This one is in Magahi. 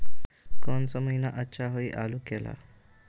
कौन सा महीना अच्छा होइ आलू के ला?